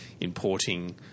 importing